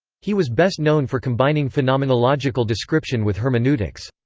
he was best known for combining phenomenological description with hermeneutics.